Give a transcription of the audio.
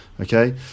Okay